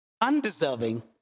Undeserving